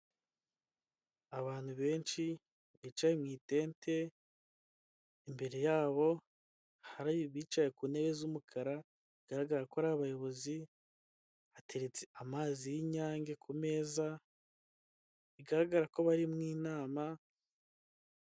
Abantu benshi bicaye mu itente, imbere yabo hari abicaye ku ntebe z'umukara bigaragara ko ari abayobozi, hateretse amazi y'Inyange ku meza bigaragara ko bari mu nama.